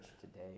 today